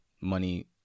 money